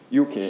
UK